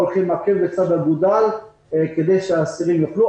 הולכים עקב בצד אגודל כדי שהאסירים יוכלו.